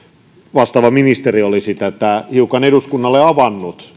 vastaava ministeri olisi tätä hiukan eduskunnalle avannut